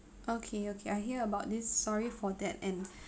okay okay I hear about this sorry for that and